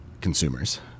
consumers